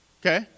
Okay